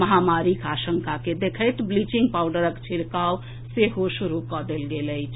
महामारीक आशंका के देखैत ब्लीचिंग पाउडरक छिड़काव सेहो शुरू कऽ देल गेल अछि